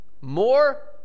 More